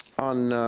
on